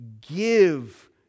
give